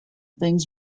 things